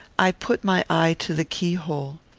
i put my eye to the keyhole.